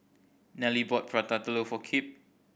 Nelly bought Prata Telur for Kipp